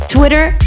Twitter